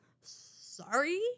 sorry